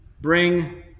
Bring